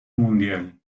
mundial